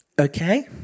okay